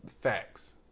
facts